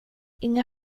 inga